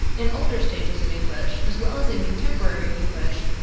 in older stages of english, as well as in contemporary english,